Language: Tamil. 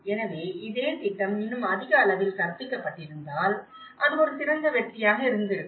எனவே இதே திட்டம் இன்னும் அதிக அளவில் கற்பிக்கப்பட்டிருந்தால் அது ஒரு சிறந்த வெற்றியாக இருந்திருக்கும்